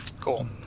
cool